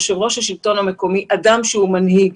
יושב ראש השלטון המקומי הוא אדם שהוא מנהיג,